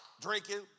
drinking